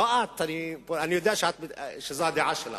לא את, אני יודע שזאת הדעה שלך.